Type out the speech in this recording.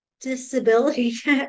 disability